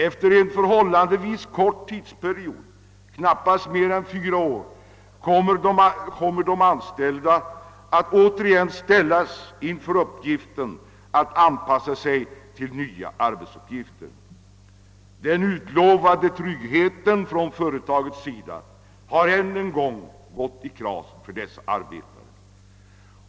Efter en förhållandevis kort tidsperiod, knappt mer än fyra år, kommer de anställda att återigen ställas inför uppgiften att anpassa sig till nya arbeten. Företagets löften om trygghet i anställningen har alltså svikits.